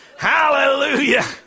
Hallelujah